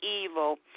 evil